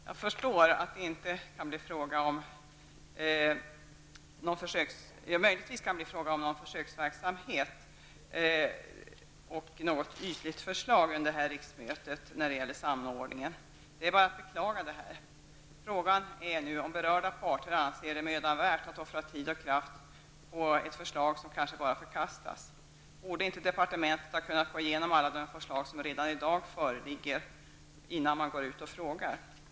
Jag förstår att det när det gäller samordningen möjligtvis kan bli fråga om någon försöksverksamhet och något ytligt förslag under detta riksmöte. Det är bara att beklaga detta. Frågan är nu om berörda parter anser det mödan värt att offra tid och kraft på ett förslag som kanske bara förkastas. Borde inte departementet ha kunnat gå igenom alla de förslag som redan i dag föreligger innan man går ut och frågar?